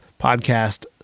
podcast